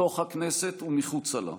מתוך הכנסת ומחוצה לה.